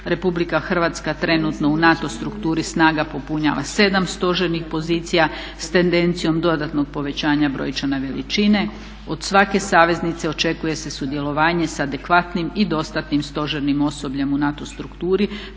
Republika Hrvatska trenutno u NATO strukturi snaga popunjava 7 stožernih pozicija s tendencijom dodatnog povećanja brojčane veličine. Od svake saveznice očekuje se sudjelovanje s adekvatnim i dostatnim stožernim osobljem u NATO strukturi